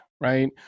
right